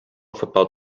football